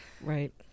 right